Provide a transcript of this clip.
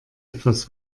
etwas